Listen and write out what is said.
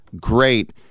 great